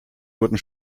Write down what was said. wurden